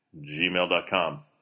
gmail.com